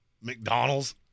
McDonald's